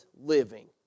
living